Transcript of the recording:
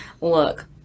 Look